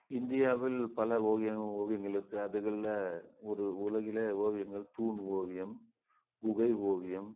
இந்தியாவில் பல ஓவியங் ஓவிங்கள் இருக்குது அதுகள்ள ஒரு உலகிலே ஓவியங்கள் தூண் ஓவியம் குகை ஓவியம்